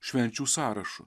švenčių sąrašu